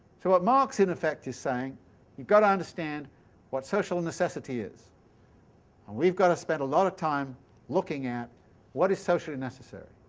what marx in effect is saying you got to understand what social necessity is. and we've got to spend a lot of time looking at what is socially necessary.